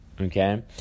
okay